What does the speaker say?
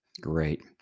Great